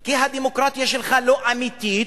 כי הדמוקרטיה שלך לא אמיתית,